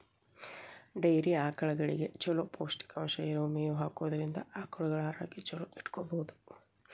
dairy ಆಕಳಗಳಿಗೆ ಚೊಲೋ ಪೌಷ್ಟಿಕಾಂಶ ಇರೋ ಮೇವ್ ಹಾಕೋದ್ರಿಂದ ಆಕಳುಗಳ ಆರೋಗ್ಯ ಚೊಲೋ ಇಟ್ಕೋಬಹುದು